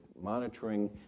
monitoring